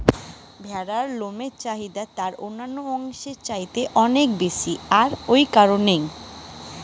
ম্যাড়ার লমের চাহিদা তারুর অন্যান্য অংশের চাইতে নু অনেক বেশি আর ঔ কারণেই